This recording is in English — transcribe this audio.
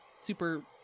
super